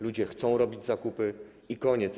Ludzie chcą robić zakupy i koniec.